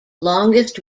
longest